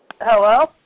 Hello